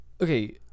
Okay